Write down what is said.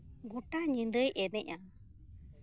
ᱜᱚᱴᱟ ᱧᱤᱫᱟᱹᱭ ᱮᱱᱮᱡᱼᱟ